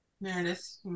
meredith